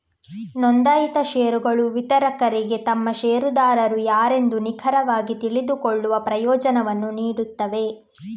ನೋಂದಾಯಿತ ಷೇರುಗಳು ವಿತರಕರಿಗೆ ತಮ್ಮ ಷೇರುದಾರರು ಯಾರೆಂದು ನಿಖರವಾಗಿ ತಿಳಿದುಕೊಳ್ಳುವ ಪ್ರಯೋಜನವನ್ನು ನೀಡುತ್ತವೆ